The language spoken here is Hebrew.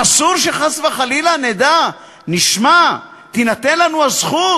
אסור שחס וחלילה נדע, נשמע, תינתן לנו הזכות